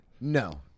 No